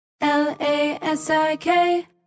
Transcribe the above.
L-A-S-I-K